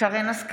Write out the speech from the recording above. שרן מרים השכל,